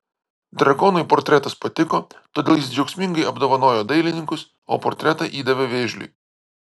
drakonui portretas patiko todėl jis džiaugsmingai apdovanojo dailininkus o portretą įdavė vėžliui